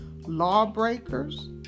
lawbreakers